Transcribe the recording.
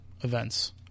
events